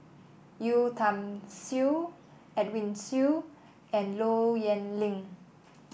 Yeo Tiam Siew Edwin Siew and Low Yen Ling